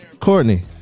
Courtney